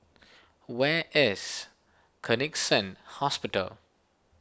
where is Connexion Hospital